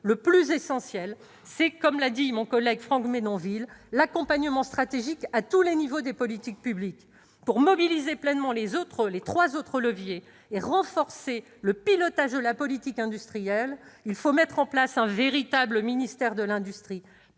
le plus essentiel, c'est, comme l'a dit mon collègue Franck Menonville, l'accompagnement stratégique à tous les niveaux des politiques publiques. Pour mobiliser pleinement les trois autres leviers et renforcer le pilotage de la politique industrielle, il faut mettre en place un véritable ministère de l'industrie,